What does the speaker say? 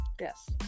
Yes